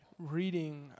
Reading